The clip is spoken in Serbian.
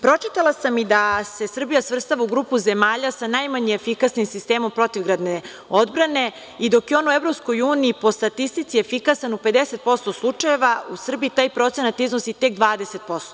Pročitala sam i da se Srbija svrstava u grupu zemalja sa najmanje efikasnim sistemom protivgradne odbrane i dok je on u EU po statistici efikasan u 50% slučajeva u Srbiji taj procenat iznosi tek 20%